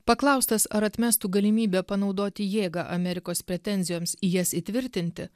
paklaustas ar atmestų galimybę panaudoti jėgą amerikos pretenzijoms į jas įtvirtinti